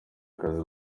akazi